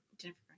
Jennifer